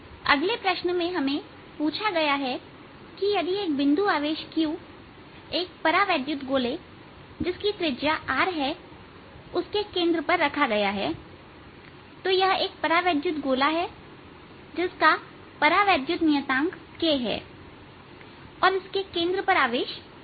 अगले प्रश्न में हमें पूछा गया है कि यदि एक बिंदु आवेश q एक परावैद्युत गोले जिसकी त्रिज्या R है उसके केंद्र पर रखा गया है तो यह तो यह एक परावैद्युत गोला जिसका परावैद्युतांक नियतांक K है और इसके केंद्र पर आवेश q है